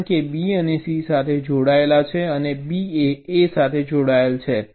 કારણ કે B એ C સાથે જોડાયેલ છે અને B એ A સાથે જોડાયેલ છે